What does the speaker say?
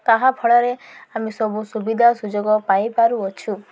ତାହାଫଳରେ ଆମେ ସବୁ ସୁବିଧା ସୁଯୋଗ ପାଇପାରୁଅଛୁ